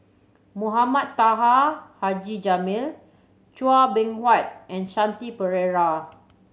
Mohamed Taha Haji Jamil Chua Beng Huat and Shanti Pereira